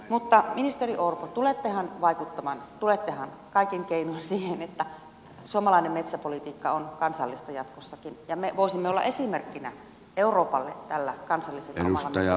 mutta ministeri orpo tulettehan vaikuttamaan tulettehan kaikin keinoin siihen että suomalainen metsäpolitiikka on kansallista jatkossakin ja me voisimme olla esimerkkinä euroopalle tällä kansallisella omalla politiikallamme